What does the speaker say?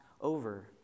over